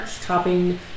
topping